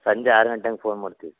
ಸಂಜೆ ಆರು ಗಂಟೆ ಹಂಗೆ ಫೋನ್ ಮಾಡ್ತೀವಿ